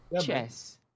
chess